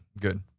good